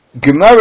Gemara